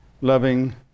loving